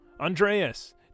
Andreas